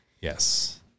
Yes